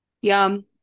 yum